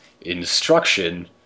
instruction